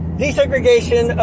desegregation